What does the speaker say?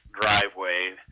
driveway